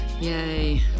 Yay